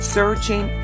searching